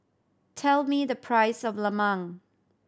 tell me the price of lemang